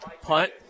punt